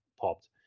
popped